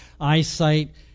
eyesight